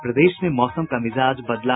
और प्रदेश में मौसम का मिजाज बदला